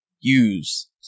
use